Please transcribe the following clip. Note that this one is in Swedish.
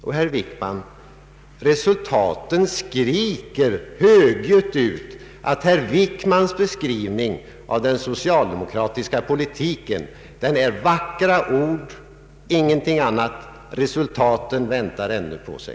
Och, herr Wickman, resultaten skriker högljutt ut att herr Wickmans beskrivning av den socialdemokratiska politiken är vackra ord och ingenting annat. De faktiska resultaten låter vänta på sig.